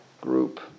group